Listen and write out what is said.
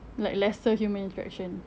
like lesser human interaction